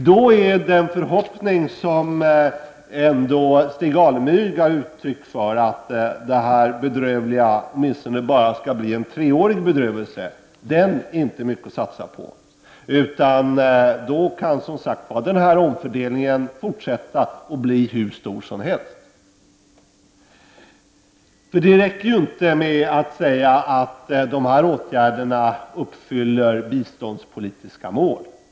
Då är den förhoppning som Stig Alemyr gav uttryck för, att detta bedrövliga åtminstone bara skall bli en treårig bedrövelse, inte mycket att satsa på, utan då kan som sagt denna omfördelning fortsätta och bli hur stor som helst. Det räcker ju inte med att säga att dessa åtgärder uppfyller biståndspolitiska mål.